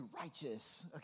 righteous